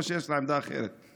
או שיש לה עמדה אחרת?